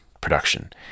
production